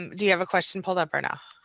do you have a question pulled up r no.